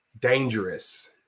Dangerous